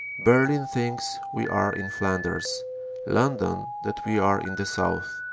berlin thinks we are in flanders london that we are in the south.